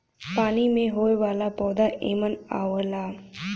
पानी में होये वाला पौधा एमन आवला